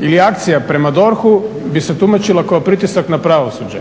ili akcija prema DORH-u bi se tumačilo kao pritisak na pravosuđe.